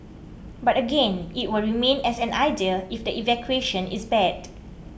but again it will remain as an idea if the execution is bad